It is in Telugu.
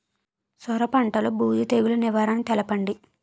సొర పంటలో బూజు తెగులు నివారణ తెలపండి?